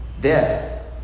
death